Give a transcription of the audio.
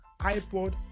iPod